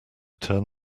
turn